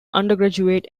undergraduate